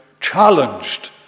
challenged